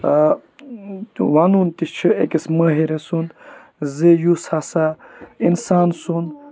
ٲں وَنُن تہِ چھُ أکِس مٲہِر سُنٛد زِ یُس ہَسا اِنسان سُنٛد